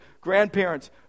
grandparents